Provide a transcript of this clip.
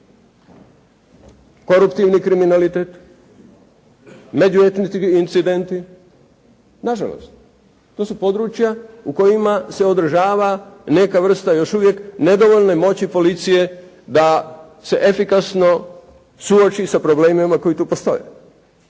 koruptivni kriminalitet, među etnički incidenti. Na žalost to su područja u kojima se održava neka vrsta još uvijek nedovoljne moći policije da se efikasno suoči sa problemima koji tu postoje.